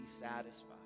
satisfied